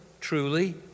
truly